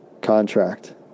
contract